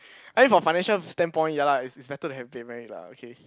I mean from financial stand point ya lah it's it's better to get married lah okay